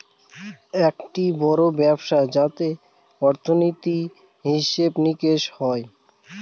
একটি বড়ো ব্যবস্থা যাতে অর্থনীতি, হিসেব নিকেশ হয়